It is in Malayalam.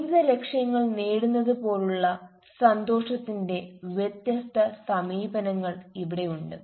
ജീവിത ലക്ഷ്യങ്ങൾ നേടുന്നതുപോലുള്ള സന്തോഷത്തിന്റെ വ്യത്യസ്ത സമീപനങ്ങൾ ഇവിടെയുണ്ട്